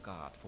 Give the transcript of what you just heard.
God